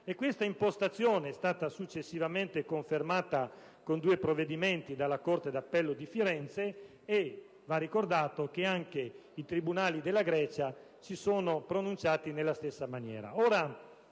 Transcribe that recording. Questa impostazione è stata successivamente confermata con due provvedimenti dalla corte d'appello di Firenze e va ricordato che anche i tribunali della Grecia si sono pronunciati nella stessa maniera.